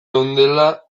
geundela